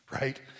right